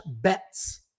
bets